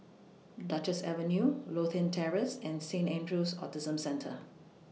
Duchess Avenue Lothian Terrace and Saint Andrew's Autism Centre